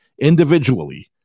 individually